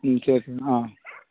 ம் சரி சரி ஆ